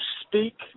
speak